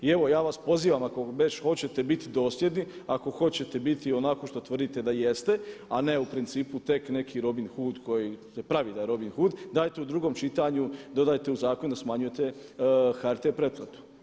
I evo ja vas pozivam ako već hoćete biti dosljedni ako hoćete biti kao što tvrdite da jeste a ne u principu tek neki Robin Hood koji se pravi da je Robin Hood dajte u drugom čitanju dodajte u zakon da smanjujete HRT pretplatu.